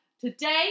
today